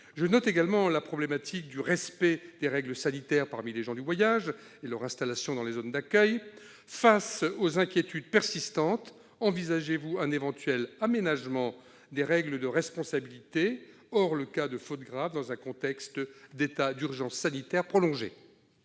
Je note également les problématiques du respect des règles sanitaires parmi les gens du voyage et de leur installation dans les zones d'accueil. Face aux inquiétudes persistantes, envisagez-vous un éventuel aménagement des règles de responsabilité, hors les cas de faute grave, dans un contexte d'état d'urgence sanitaire prolongé ?